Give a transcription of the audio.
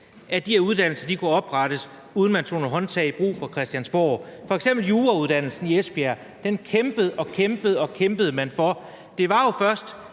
at de her uddannelser kunne oprettes, uden at man tager nogle håndtag i brug fra Christiansborgs side. Et eksempel er jurauddannelsen i Esbjerg. Den kæmpede og kæmpede man for, men det var jo først,